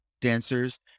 dancers